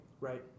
Right